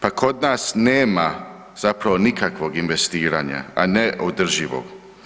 Pa kod nas nema zapravo nikakvog investiranja, a ne održivog.